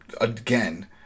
again